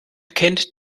kennt